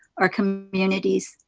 our communities,